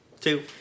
Two